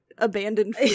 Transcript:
Abandoned